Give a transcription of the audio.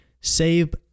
save